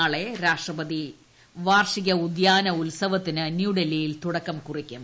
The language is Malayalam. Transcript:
നാളെ രാഷ്ട്രപതി വാർഷിക ഉദ്യാന ഉത്സവത്തിന് തുടക്കം കുറിക്കും